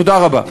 תודה רבה.